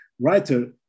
writer